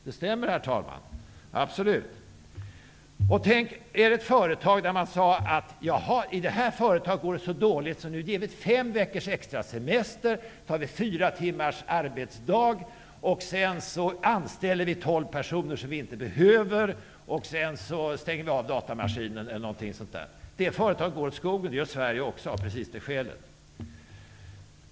Det stämmer, herr talman. Absolut. Tänk er ett företag där man säger: Det här företaget går så dåligt, så nu ger vi fem veckors extra semester till de anställda. Vi tar fyra timmar arbetsdag. Vi anställer tolv personer som vi inte behöver och sedan stänger vi av datamaskinerna. Det går åt skogen för det företaget. Det gör det för Sverige också, av precis samma skäl.